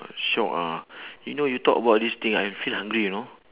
shiok ah you know you talk about this thing I feel hungry you know